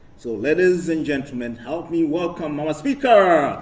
so, ladies and gentlemen, help me welcome our speaker,